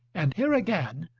and here again,